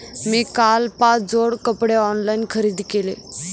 मी काल पाच जोड कपडे ऑनलाइन खरेदी केले